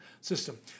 system